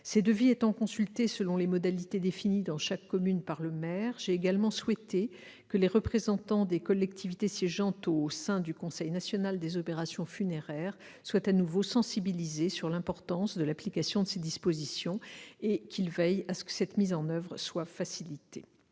Ces devis étant consultés selon les modalités définies dans chaque commune par le maire, j'ai également souhaité que les représentants des collectivités siégeant au sein du Conseil national des opérations funéraires soient à nouveau sensibilisés sur l'importance de l'application de ces dispositions et qu'ils veillent à faciliter cette mise en oeuvre. Ce sera fait